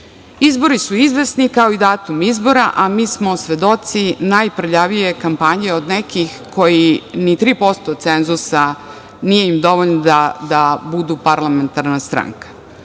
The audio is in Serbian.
su izvesni kao i datum izbora, a mi smo svedoci najprljavije kampanje od nekih kojima ni 3% cenzusa nije dovoljno da budu parlamentarna stranka.